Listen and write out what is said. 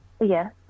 Yes